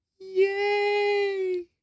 Yay